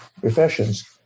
professions